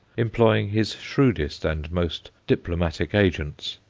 employing his shrewdest and most diplomatic agents.